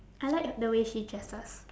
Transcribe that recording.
I like the way she dresses